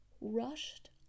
rushed